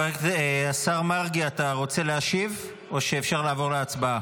השר מרגי, אתה רוצה להשיב או שאפשר לעבור להצבעה?